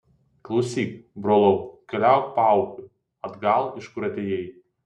klausyk brolau keliauk paupiu atgal iš kur atėjai